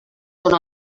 són